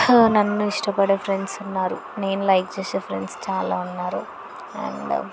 నన్ను ఇష్టపడే ఫ్రెండ్స్ ఉన్నారు నేను లైక్ చేసే ఫ్రెండ్స్ చాలా ఉన్నారు అండ్